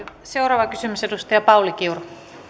seuraava kysymys edustaja pauli kiuru